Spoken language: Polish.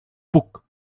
puk